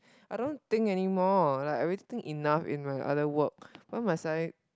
I don't think anymore like I already think enough in my other work why must I